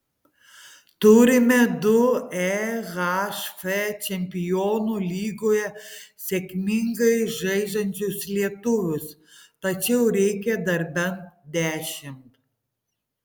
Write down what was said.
turime du ehf čempionų lygoje sėkmingai žaidžiančius lietuvius tačiau reikia dar bent dešimt